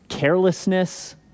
carelessness